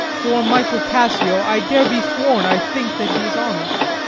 for michael cassio, i dare be sworn i think that he is honest.